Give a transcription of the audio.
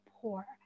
poor